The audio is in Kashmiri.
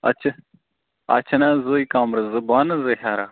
اَتھ چھِ اَتھ چھِ نا زٕے کمرٕ زٕ بۄنہٕ زٕ ہیٚرٕ